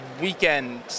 weekend